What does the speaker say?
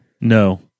no